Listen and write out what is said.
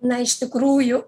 na iš tikrųjų